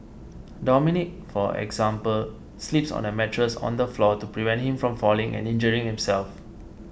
Dominic for example sleeps on a mattress on the floor to prevent him from falling and injuring himself